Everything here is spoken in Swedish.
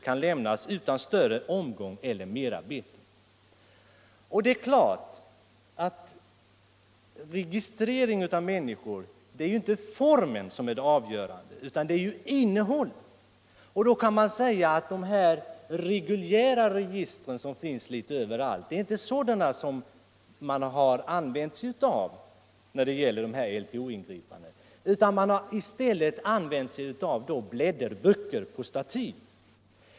Om dåltgärder mot kan kimnas utan större omgång eller merarbete.” upprättande av När det gäller registrering av människor är det givetvis inte formen = vissa personregister, som är det avgörande utan innehållet. Det kan sägas ati man inte använt — m.m. sig av de reguljära register som finns litet överallt när det gäller LTO ingripandena, utan man har i stället använt blädderböcker på stativ.